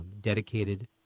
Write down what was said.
dedicated